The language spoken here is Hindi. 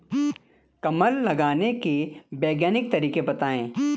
कमल लगाने के वैज्ञानिक तरीके बताएं?